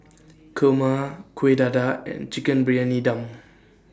Kurma Kuih Dadar and Chicken Briyani Dum